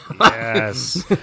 Yes